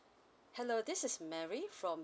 hello this is mary from